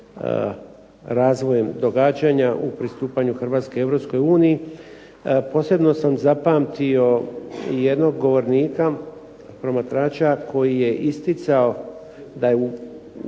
razvojem događanja u pristupanju Hrvatske Europske unije. Posebno sam zapamtio jednog govornika promatrača koji je isticao da u